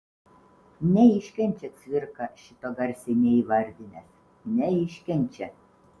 neiškenčia cvirka šito garsiai neįvardinęs neiškenčia